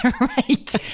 Right